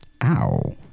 Ow